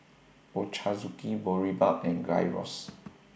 Ochazuke Boribap and Gyros